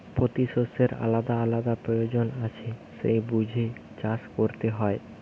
পোতি শষ্যের আলাদা আলাদা পয়োজন আছে সেই বুঝে চাষ কোরতে হয়